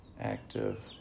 active